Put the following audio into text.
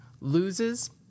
loses